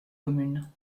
commune